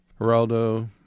Geraldo